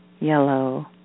yellow